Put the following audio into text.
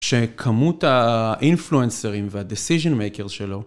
שכמות האינפלואנסרים והדיסייזן מייקר שלו.